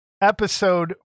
episode